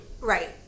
Right